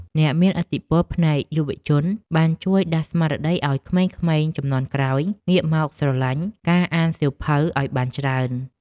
អ្នកមានឥទ្ធិពលផ្នែកយុវជនបានជួយដាស់ស្មារតីឱ្យក្មេងៗជំនាន់ក្រោយងាកមកស្រឡាញ់ការអានសៀវភៅឱ្យបានច្រើន។